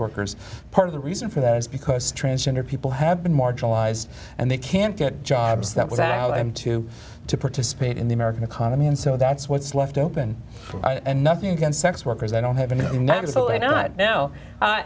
workers part of the reason for that is because transgender people have been marginalized and they can't get jobs that was out i'm too to participate in the american economy and so that's what's left open and nothing against sex workers i don't have a